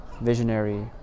visionary